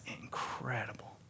incredible